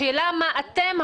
השאלה מה אתם,